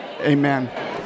Amen